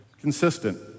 consistent